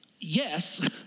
yes